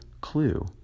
clue